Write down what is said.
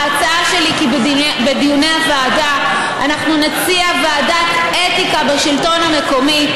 ההצעה שלי היא שבדיוני הוועדה אנחנו נציע ועדת אתיקה בשלטון המקומי,